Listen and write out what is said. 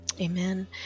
amen